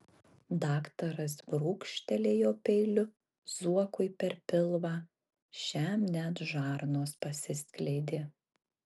daktaras brūkštelėjo peiliu zuokui per pilvą šiam net žarnos pasiskleidė